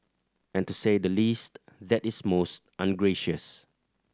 and to say the least that is most ungracious